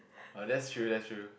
uh that's true that's true